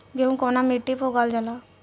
गेहूं कवना मिट्टी पर उगावल जाला?